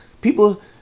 people